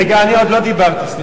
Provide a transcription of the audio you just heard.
אני עוד לא דיברתי.